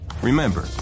Remember